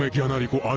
ah gyanari will ah